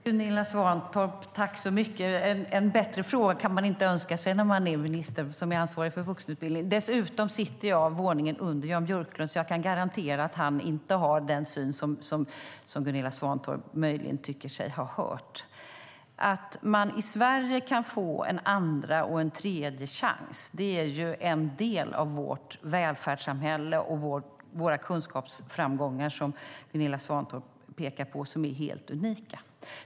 Herr talman! Tack så mycket, Gunilla Svantorp! En bättre fråga kan man inte önska sig när man är minister och ansvarig för vuxenutbildning. Dessutom sitter jag på våningen under Jan Björklund. Därför kan jag garantera att han inte har den syn som Gunilla Svantorp möjligen tycker sig ha hört. I Sverige kan man få en andra och en tredje chans. Det är en del av vårt välfärdssamhälle och våra kunskapsframgångar, som Gunilla Svantorp pekar på och som är helt unika.